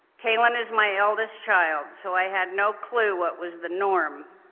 calen is my eldest child so i had no clue what was the norm.